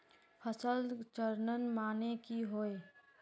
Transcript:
फसल चक्रण माने की होय?